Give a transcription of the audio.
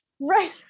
right